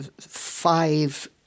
five